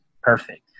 Perfect